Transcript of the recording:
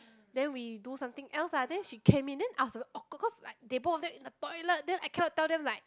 then we do something else lah then she came in then I was awkward because like they both of them in the toilet then I cannot tell them like